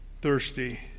thirsty